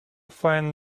find